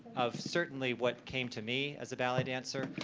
of certainly what came to me as a ballet dancer.